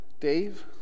Dave